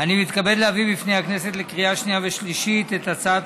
אני מתכבד להביא בפני הכנסת לקריאה שנייה ושלישית את הצעת